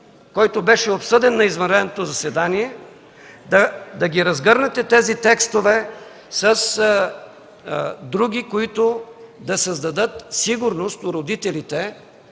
който беше обсъден на извънредното заседание, да разгърнете тези текстове с други, които да създадат сигурност у родителите,